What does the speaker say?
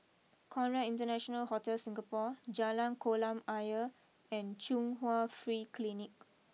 Conrad International Hotel Singapore Jalan Kolam Ayer and Chung Hwa Free Clinic